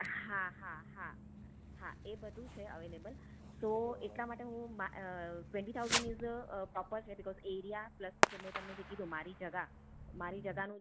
હા હા હા હા એ બધું છે અવેલેબલ સો એટલા માટે હું ટ્વેન્ટી થાઉઝન્ડ ઈઝ પ્રોપર છે બિકોઝ એરિયા પ્લસ મેં તમને જે કીધું મારી જગ્યા મારી જગ્યાનું